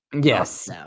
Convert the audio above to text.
Yes